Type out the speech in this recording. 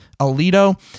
Alito